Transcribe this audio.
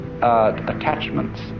Attachments